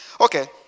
okay